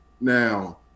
Now